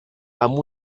amb